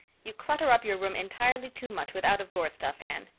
you clutter up your room entirely too much with out-of-doors stuff, anne.